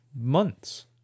months